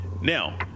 Now